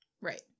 Right